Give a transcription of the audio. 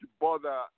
bother